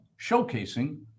showcasing